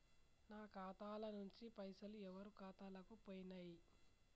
నా ఖాతా ల నుంచి పైసలు ఎవరు ఖాతాలకు పోయినయ్?